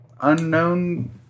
unknown